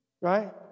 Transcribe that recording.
right